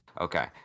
Okay